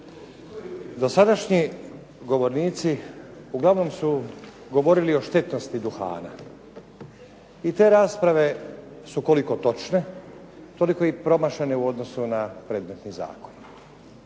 Dosadašnji govornici uglavnom su govorili o štetnosti duhana i te rasprave su koliko točne, toliko i promašene u odnosu na predmetni zakon.